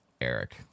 Eric